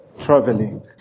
traveling